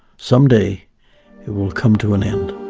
some day it will come to an end.